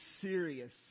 serious